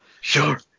Sure